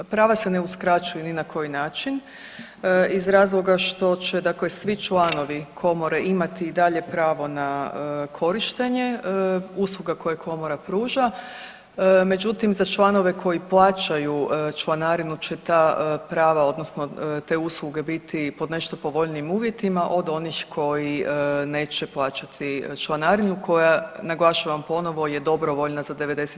Prava se ne uskraćuju ni na koji način iz razloga što će svi članovi komore imati i dalje pravo na korištenje usluga koje komora pruža, međutim za članove koji plaćaju članarinu će ta prava odnosno te usluge biti pod nešto povoljnijim uvjetima od onih koji neće plaćati članarinu koja, naglašavam ponovo je dobrovoljna za 96% poduzeća.